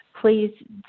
please